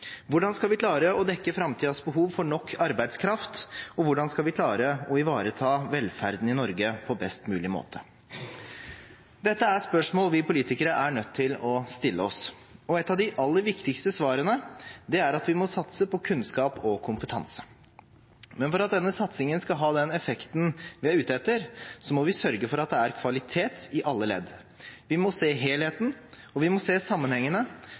Hvordan skal vi klare å dekke framtidens behov for nok arbeidskraft, og hvordan skal vi klare å ivareta velferden i Norge på best mulig måte? Dette er spørsmål vi politikere er nødt til å stille oss, og et av de aller viktigste svarene er at vi må satse på kunnskap og kompetanse. Men for at denne satsingen skal ha den effekten vi er ute etter, må vi sørge for at det er kvalitet i alle ledd. Vi må se helheten, og vi må se